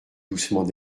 doucement